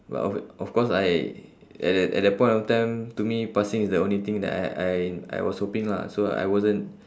well o~ of course I at that at that point of time to me passing is the only thing that I I I was hoping lah so I wasn't